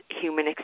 human